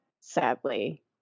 Sadly